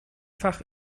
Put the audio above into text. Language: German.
fach